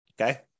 okay